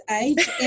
age